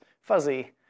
fuzzy